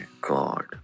God